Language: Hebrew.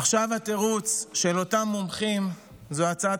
עכשיו התירוץ של אותם מומחים הוא הצעת